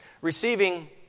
Receiving